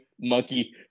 monkey